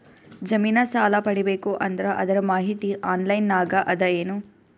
ಜಮಿನ ಸಾಲಾ ಪಡಿಬೇಕು ಅಂದ್ರ ಅದರ ಮಾಹಿತಿ ಆನ್ಲೈನ್ ನಾಗ ಅದ ಏನು?